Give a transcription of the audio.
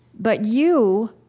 but you,